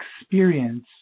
experience